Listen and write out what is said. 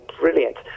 brilliant